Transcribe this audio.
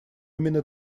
именно